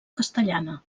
castellana